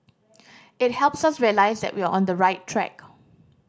it helps us realise that we're on the right track